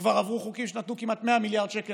כשכבר עברו חוקים שנתנו כמעט 100 מיליארד שקל